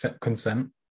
consent